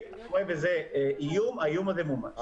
אם אתם רואים בזה איום, האיום הזה מומש.